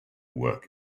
work